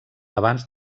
abans